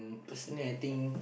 personally I think